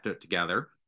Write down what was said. together